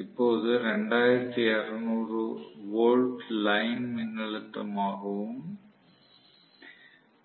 இப்போது 2200 volt line மின்னழுத்தமாகவும்